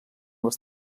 les